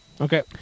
Okay